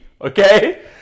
Okay